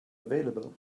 available